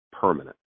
permanent